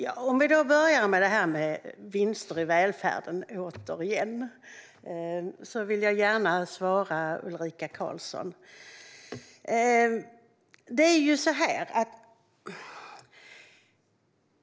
Herr talman! Vi kan börja med frågan om vinster i välfärden - återigen. Jag vill gärna svara Ulrika Carlsson.